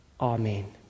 Amen